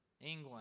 England